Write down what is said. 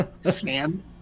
Sand